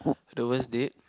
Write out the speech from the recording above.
the worst date